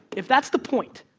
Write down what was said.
if that's the point.